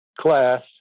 class